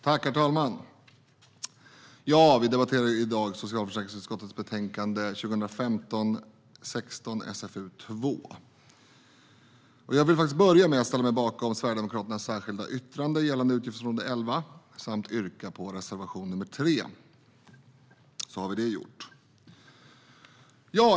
Herr talman! Vi debatterar i dag socialförsäkringsutskottets betänkande 2015/16:SfU2. Jag börjar med att ställa mig bakom Sverigedemokraternas särskilda yttrande gällande utgiftsområde 11 samt yrka bifall till reservation 3, så är det gjort.